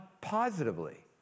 positively